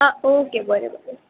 आं ओके बरें बरें